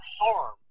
harm